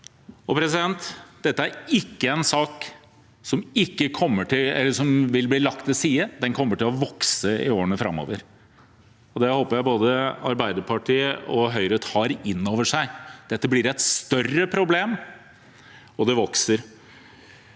lite. Dette er heller ikke en sak som vil bli lagt til side, den kommer til å vokse i årene framover. Det håper jeg både Arbeiderpartiet og Høyre tar inn over seg. Dette blir et større problem, og det vokser.